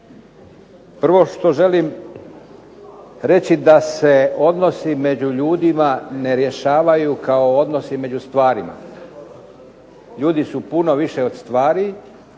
Prvo što želim reći da se odnosi među ljudima ne rješavaju kao odnosi među stvarima. Ljudi su puno više od stvari